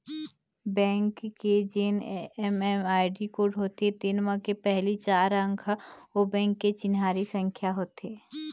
bank के जेन MMID code होथे तेन म के पहिली चार अंक ह ओ बेंक के चिन्हारी संख्या होथे